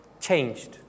changed